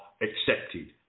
accepted